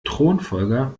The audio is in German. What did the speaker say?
thronfolger